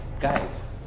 guys